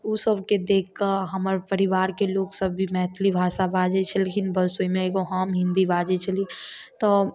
ओसभके देखके हमर परिवारके लोक सभ भी मैथिली भाषा बाजै छलखिन बस ओहिमे एगो हम हिन्दी बाजै छलिए तऽ